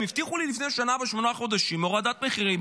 הם הבטיחו לי לפני שנה ושמונה חודשים הורדת מחירים,